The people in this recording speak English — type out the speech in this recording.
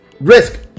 risk